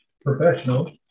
professional